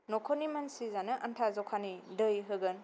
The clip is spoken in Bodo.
न'खरनि मानसि जानो आन्थानि दै होगोन